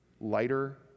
lighter